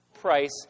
price